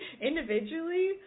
individually